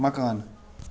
مکان